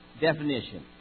definition